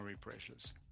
pressures